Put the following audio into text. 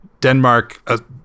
Denmark –